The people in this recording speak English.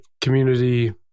community